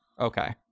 Okay